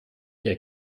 der